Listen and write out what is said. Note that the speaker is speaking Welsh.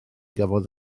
gafodd